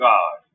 God